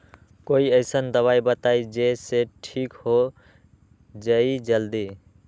कोई अईसन दवाई बताई जे से ठीक हो जई जल्दी?